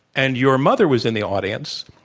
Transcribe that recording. and your mother was in the audience.